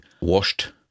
washed